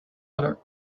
other